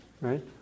right